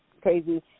crazy